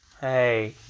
Hey